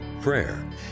prayer